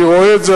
אני רואה את זה,